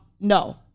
No